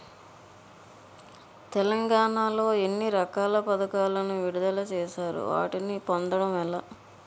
తెలంగాణ లో ఎన్ని రకాల పథకాలను విడుదల చేశారు? వాటిని పొందడం ఎలా?